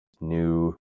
new